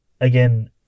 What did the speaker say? again